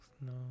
No